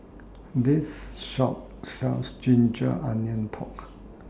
This Shop sells Ginger Onions Pork